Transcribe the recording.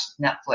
Netflix